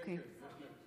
כן, כן, בהחלט.